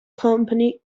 company